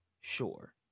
Sure